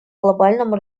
глобальном